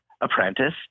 apprentice